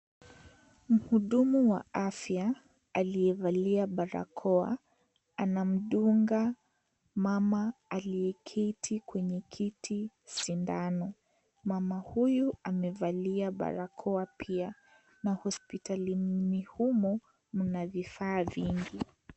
Mhudumu wa afya, aliyevalia barakoa, anamdunga mama, aliyeketi kwenye kiti, sindano, mama huyu amevalia barakoa pia, hospitalini humo mna vifaa vingi.